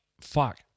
fuck